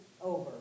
over